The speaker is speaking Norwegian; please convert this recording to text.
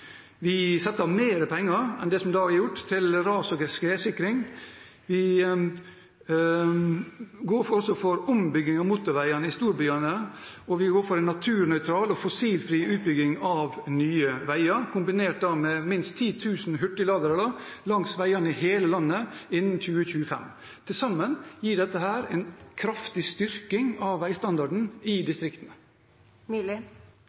Vi setter av mer penger til ras- og skredsikring enn det de har gjort, vi går for ombygging av motorveiene i storbyene, og vi går for en naturnøytral og fossilfri utbygging av nye veier, kombinert med minst 10 000 hurtigladere langs veiene i hele landet, innen 2025. Til sammen gir dette en kraftig styrking av veistandarden i